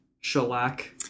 Shellac